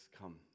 come